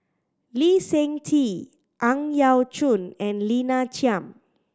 Lee Seng Tee Ang Yau Choon and Lina Chiam